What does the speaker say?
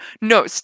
No